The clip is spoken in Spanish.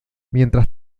mientras